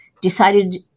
decided